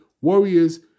Warriors